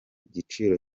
giciro